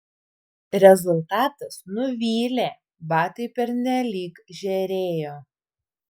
rezultatas nuvylė batai pernelyg žėrėjo